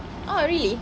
oh really